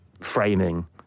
framing